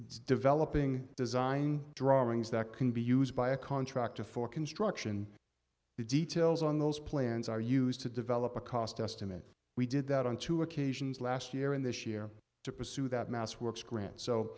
developing design drawings that can be used by a contractor for construction the details on those plans are used to develop a cost estimate we did that on two occasions last year and this year to pursue that mass works grant so